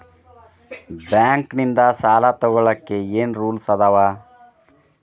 Bank ನಿಂದ್ ಸಾಲ ತೊಗೋಳಕ್ಕೆ ಏನ್ ರೂಲ್ಸ್ ಅದಾವ?